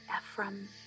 Ephraim